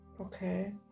Okay